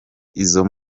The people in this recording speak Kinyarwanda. izo